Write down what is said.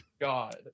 god